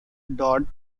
dodd